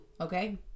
Okay